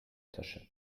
tasche